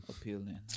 appealing